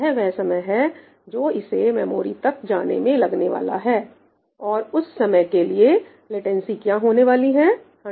यह वह समय है जो इसे मेमोरी तक जाने में लगने वाला है और उस समय के लिए लेटेंसी क्या होने वाली है 100ns